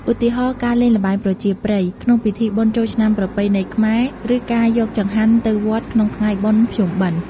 ឧទាហរណ៍ ការលេងល្បែងប្រជាប្រិយក្នុងពិធីបុណ្យចូលឆ្នាំប្រពៃណីខ្មែរ ឬការយកចង្ហាន់ទៅវត្តក្នុងថ្ងៃបុណ្យភ្ជុំបិណ្ឌ ។